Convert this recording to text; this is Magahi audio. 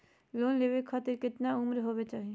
लोन लेवे खातिर केतना उम्र होवे चाही?